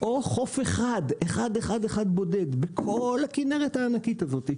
או חוף אחד בודד בכל הכנרת הענקית הזאת,